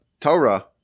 Torah